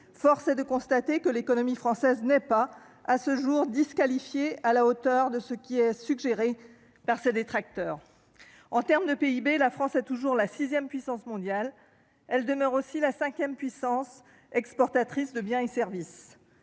Force est de constater que l'économie française n'est pas, à ce jour, disqualifiée à la hauteur de ce qui est suggéré par ses détracteurs. En termes de PIB, la France est toujours la sixième puissance mondiale. Elle demeure aussi le cinquième exportateur de biens et services.